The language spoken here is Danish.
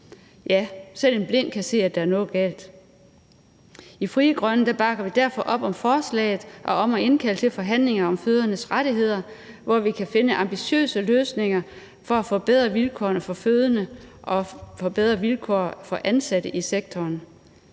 Ja, selv en blind kan se, at der er noget galt. I Frie Grønne bakker vi derfor op om forslaget om at indkalde til forhandlinger om fødendes rettigheder, hvor vi kan finde ambitiøse løsninger for at forbedre vilkårene for fødende og forbedre vilkårene